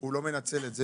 חופשה והוא לא מנצל אותם.